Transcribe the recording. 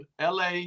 LA